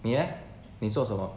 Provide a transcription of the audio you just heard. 你 eh 你做什么